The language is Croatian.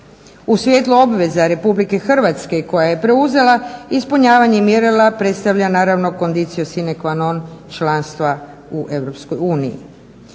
U svjetlu obveza Republike Hrvatske koja je preuzela ispunjavanje mjerila predstavlja naravno conditio sine qua non članstva u